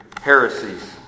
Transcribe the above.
heresies